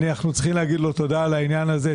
אנחנו צריכים להגיד לו תודה על העניין הזה,